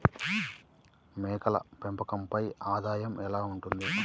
మేకల పెంపకంపై ఆదాయం ఎలా ఉంటుంది?